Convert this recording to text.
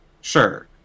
sure